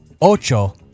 ocho